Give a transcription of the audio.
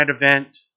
event